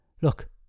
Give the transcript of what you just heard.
look